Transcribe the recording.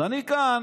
אז אני כאן